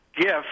gift